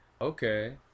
Okay